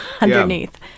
underneath